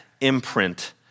imprint